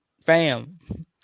Fam